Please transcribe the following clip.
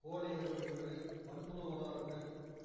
கோழி எருவு இருக்கு மண்புழு உரம் இருக்கு